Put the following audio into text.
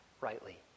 rightly